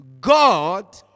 God